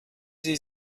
sie